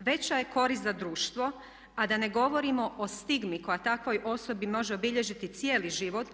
Veća je korist za društvo, a da ne govorimo o stigmi koja takvoj osobi može obilježiti cijeli život